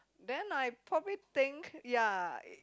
then I probably think ya